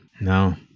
no